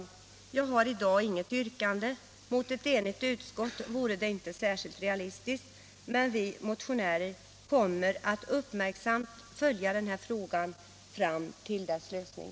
Jag har i dag inget yrkandet — mot ett enigt utskott vore det inte särskilt realistiskt — men vi motionärer kommer att uppmärksamt följa den här frågan fram till dess lösning.